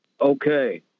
Okay